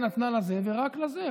נתנה לזה ונתנה לזה,